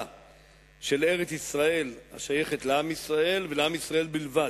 של ארץ-ישראל השייכת לעם ישראל ולעם ישראל בלבד.